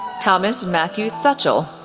thomas mathew thachil,